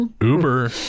Uber